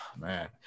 man